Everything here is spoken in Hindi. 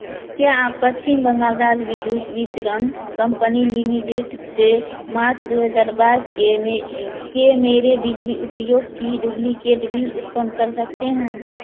क्या आप पश्चिम बंगाल राज्य विद्युत वितरण कम्पनी लिमिटेड से मार्च दो हज़ार बाइस के में के मेरे बिजली उपयोग की डुप्लिकेट बिल उत्पन्न कर सकते हैं